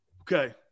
Okay